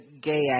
gay